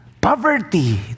Poverty